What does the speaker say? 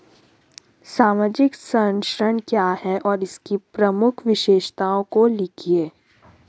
सामाजिक संरक्षण क्या है और इसकी प्रमुख विशेषताओं को लिखिए?